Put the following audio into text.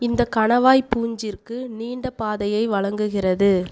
இந்தக் கணவாய் பூஞ்சிற்கு நீண்ட பாதையை வழங்குகிறது